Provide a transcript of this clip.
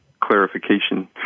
clarification